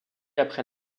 après